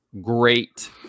great